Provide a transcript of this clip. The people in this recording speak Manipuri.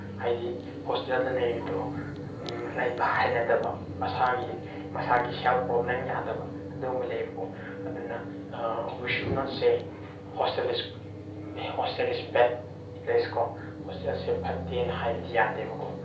ꯍꯥꯏꯗꯤ ꯍꯣꯁꯇꯦꯜꯗ ꯂꯩꯔꯤꯗꯣ ꯂꯩꯕ ꯍꯩꯅꯗꯕ ꯃꯁꯥꯒꯤ ꯃꯁꯥꯒꯤ ꯍꯦꯜꯠ ꯄ꯭ꯔꯣꯕ꯭ꯂꯦꯝ ꯌꯥꯗꯕ ꯑꯗꯨꯒꯨꯝꯕ ꯂꯩꯌꯦꯕꯀꯣ ꯑꯗꯨꯅ we should not say hostel is hostel is bad ꯄ꯭ꯂꯦꯁꯀꯣ ꯍꯣꯁꯇꯦꯜꯁꯦ ꯐꯠꯇꯦꯅ ꯍꯥꯏꯕꯁꯦ ꯌꯥꯗꯦꯕꯀꯣ